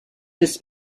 des